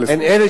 נא לסיים.